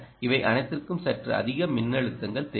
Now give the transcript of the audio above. இவை அனைத்திற்கும் சற்று அதிக மின்னழுத்தங்கள் தேவை